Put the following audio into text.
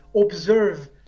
observe